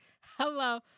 hello